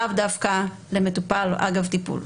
לאו דווקא למטופל אגב טיפול.